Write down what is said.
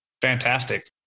Fantastic